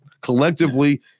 collectively